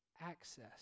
access